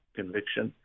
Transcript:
conviction